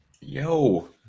Yo